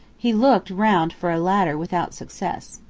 he looked round for a ladder without success.